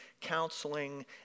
counseling